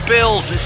Bills